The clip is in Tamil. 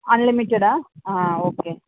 அன்லிமிடடா ஆ ஓகே